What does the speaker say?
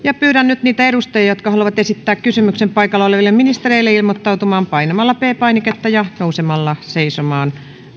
pyydän nyt niitä edustajia jotka haluavat esittää kysymyksen paikalla olevalle ministerille ilmoittautumaan painamalla p painiketta ja nousemalla seisomaan